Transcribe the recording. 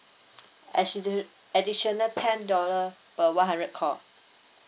additional ten dollar per one hundred call